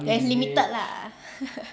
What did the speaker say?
there is limited lah